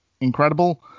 incredible